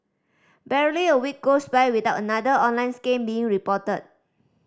barely a week goes by without another online scam being reported